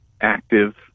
active